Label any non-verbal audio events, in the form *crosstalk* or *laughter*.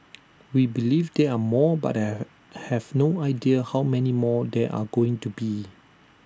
we believe there are more but *unintelligible* have no idea how many more there are going to be